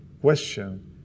question